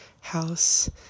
house